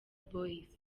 boys